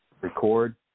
record